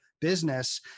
business